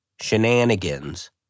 ...shenanigans